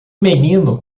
menino